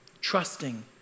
Trusting